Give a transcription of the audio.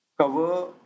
cover